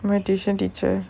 my tuition teacher